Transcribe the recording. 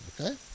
okay